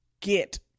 get